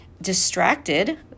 distracted